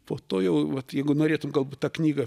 po to jau vat jeigu norėtum galbūt tą knygą